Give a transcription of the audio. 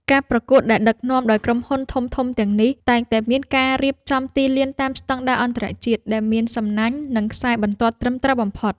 ការប្រកួតដែលដឹកនាំដោយក្រុមហ៊ុនធំៗទាំងនេះ តែងតែមានការរៀបចំទីលានតាមស្ដង់ដារអន្តរជាតិ ដែលមានសំណាញ់ និងខ្សែបន្ទាត់ត្រឹមត្រូវបំផុត។